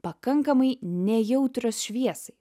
pakankamai nejautrios šviesai